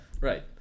Right